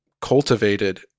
cultivated